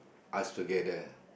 us together